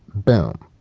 boom!